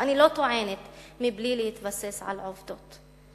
שאני לא טוענת מבלי להתבסס על עובדות.